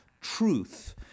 truth